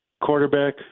quarterback